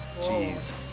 Jeez